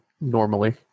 normally